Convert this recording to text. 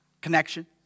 connection